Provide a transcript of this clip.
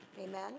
Amen